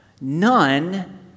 none